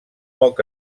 poc